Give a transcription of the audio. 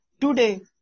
today